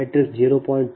5 0